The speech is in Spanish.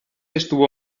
estuvo